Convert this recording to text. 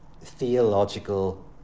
theological